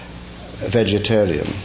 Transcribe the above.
vegetarian